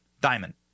diamond